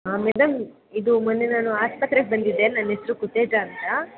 ಹಾಂ ಮೇಡಮ್ ಇದು ಮೊನ್ನೆ ನಾನು ಆಸ್ಪತ್ರೆಗೆ ಬಂದಿದ್ದೆ ನನ್ನ ಹೆಸ್ರು ಕುತೇಜಾ ಅಂತ